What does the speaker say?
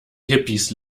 hippies